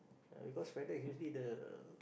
uh because Fedex usually the